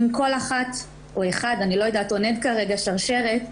אם כל אחת או אחד עונד כרגע שרשרת,